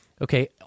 Okay